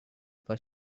for